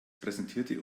präsentierte